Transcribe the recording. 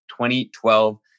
2012